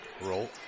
roll